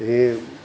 हीअं